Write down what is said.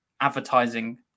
advertising